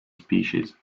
species